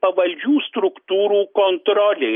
pavaldžių struktūrų kontrolė